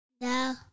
No